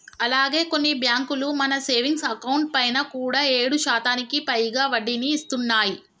అలాగే కొన్ని బ్యాంకులు మన సేవింగ్స్ అకౌంట్ పైన కూడా ఏడు శాతానికి పైగా వడ్డీని ఇస్తున్నాయి